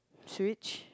should we ch~